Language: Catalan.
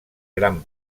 gran